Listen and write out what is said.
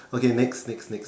okay next next next